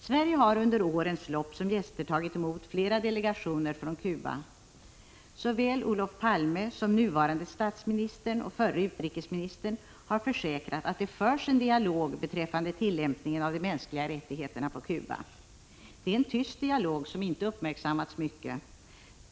Sverige har under årens lopp som gäster tagit emot flera delegationer från Cuba. Såväl Olof Palme som nuvarande statsministern och förre utrikesministern har försäkrat att det förs en dialog beträffande tillämpningen av de mänskliga rättigheterna på Cuba. Det är en tyst dialog som inte uppmärksammats mycket.